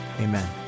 amen